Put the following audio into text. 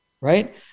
Right